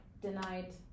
denied